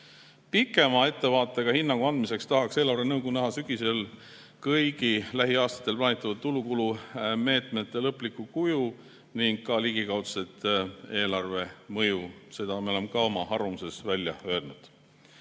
Pikema ettevaatega hinnangu andmiseks tahaks eelarvenõukogu näha sügisel kõigi lähiaastatel plaanitavate tulu-kulu meetmete lõplikku kuju ning ka ligikaudset eelarvemõju. Seda me oleme ka oma arvamuses välja öelnud.